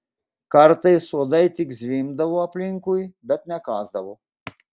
kartais uodai tik zvimbdavo aplinkui bet nekąsdavo